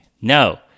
No